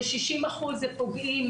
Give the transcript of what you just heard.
ו-60% זה פוגעים